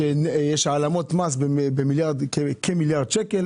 העלמות מס של כמיליארד שקל.